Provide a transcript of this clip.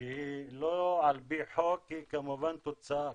שהיא לא על פי חוק היא כמובן תוצאה,